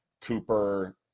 Cooper